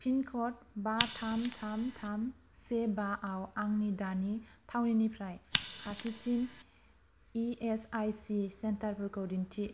पिनकड बा थाम थाम थाम से बाआव आंनि दानि थावनिनिफ्राय खाथिसिन E S I C centre फोरखौ दिन्थि